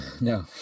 no